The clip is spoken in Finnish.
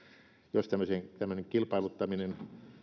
jos tämmöinen kilpailuttaminen